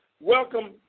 welcome